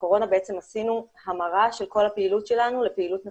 בקורונה בעצם עשינו המרה של כל הפעילות שלנו לפעילות מקוונת.